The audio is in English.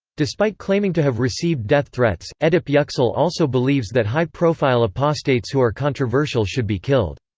despite claiming to have received death threats, edip yuksel also believes that high-profile apostates who are controversial should be killed.